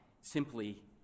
simply